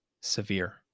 severe